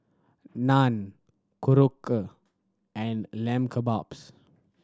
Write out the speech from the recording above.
Naan Korokke and Lamb Kebabs